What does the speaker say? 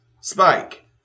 Spike